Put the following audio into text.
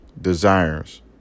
desires